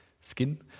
skin